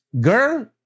Girl